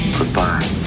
Goodbye